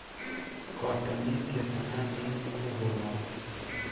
कटनी केतना दिन में होला?